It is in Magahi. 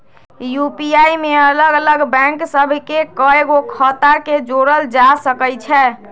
यू.पी.आई में अलग अलग बैंक सभ के कएगो खता के जोड़ल जा सकइ छै